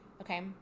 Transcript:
Okay